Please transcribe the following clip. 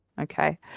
Okay